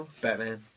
Batman